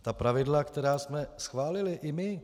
Ta pravidla, která jsme schválili i my.